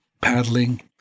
paddling